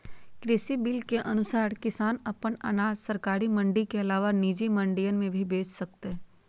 कृषि बिल के अनुसार किसान अपन अनाज सरकारी मंडी के अलावा निजी मंडियन में भी बेच सकतय